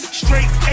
straight